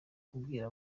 kubwira